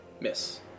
Miss